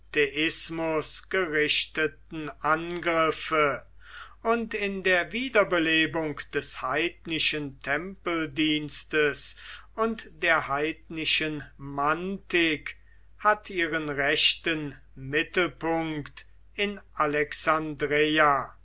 polytheismus gerichteten angriffe und in der wiederbelebung des heidnischen tempeldienstes und der heidnischen mantik hat ihren rechten mittelpunkt in alexandreia